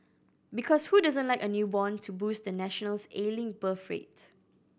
because who doesn't like a newborn to boost the nation's ailing birth rate